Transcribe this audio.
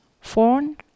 phone